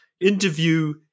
Interview